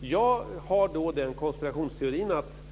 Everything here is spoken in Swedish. Jag har den konspirationsteorin att